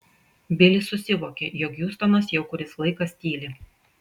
bilis susivokė jog hjustonas jau kuris laikas tyli